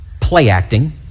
play-acting